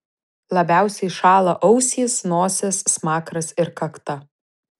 labiausiai šąla ausys nosis smakras ir kakta